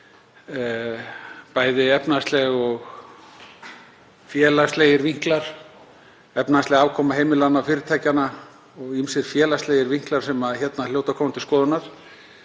bæði efnahagslegir og félagslegir vinklar, efnahagsleg afkoma heimilanna, fyrirtækjanna og ýmsir félagslegir vinklar sem hljóta að koma til skoðunar.